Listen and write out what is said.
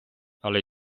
але